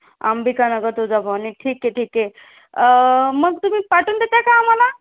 आंबिका नगर तुळजाभवानी ठीक आहे ठीक आहे मग तुम्ही पाठवून देता का आम्हाला